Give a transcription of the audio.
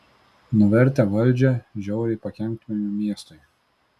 nuvertę valdžią žiauriai pakenktumėme miestui